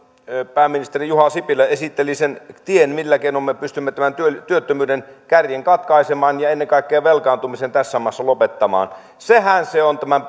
pääministeri juha sipilä esitteli sen tien millä keinoin me pystymme tämän työttömyyden kärjen katkaisemaan ja ennen kaikkea velkaantumisen tässä vaiheessa lopettamaan sehän se on tämän